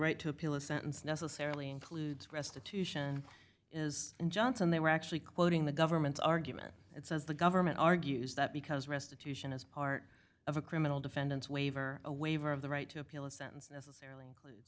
right to appeal a sentence necessarily includes restitution is johnson they were actually quoting the government's argument that says the government argues that because restitution is part of a criminal defendants waiver a waiver of the right to appeal a sentence